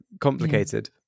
complicated